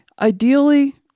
Ideally